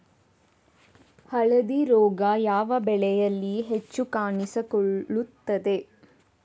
ಹಳದಿ ರೋಗ ಯಾವ ಬೆಳೆಯಲ್ಲಿ ಹೆಚ್ಚು ಕಾಣಿಸಿಕೊಳ್ಳುತ್ತದೆ?